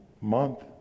month